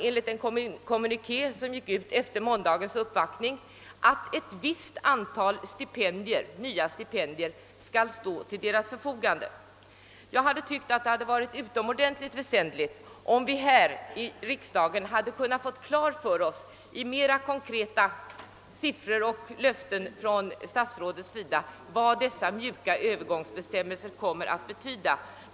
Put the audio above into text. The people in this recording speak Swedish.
Enligt en kommuniké efter måndagens uppvaktning säger statsrådet Palme, att ett visst antal stipendier skall stå till deras förfogande. Jag tycker att det hade varit utomordentligt väsentligt, om vi här i riksdagen hade kunnat få klart för oss i mer konkreta siffror och löften från statsrådets sida vad dessa mjuka övergångsbestämmelser kommer att innebära.